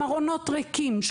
עם ארונות ריקים,